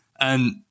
And-